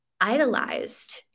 idolized